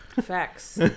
Facts